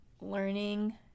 learning